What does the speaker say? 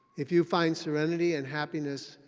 if you find serenity and happiness,